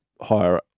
higher